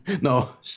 No